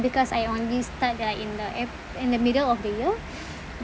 because I only start uh in the ap~ in the middle of the year